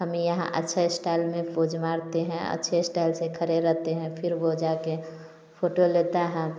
हम यहाँ अच्छे स्टाइल में पोज मारते हैं अच्छे स्टाइल से खड़े रहते हैं फिर वो जाके फोटो लेता है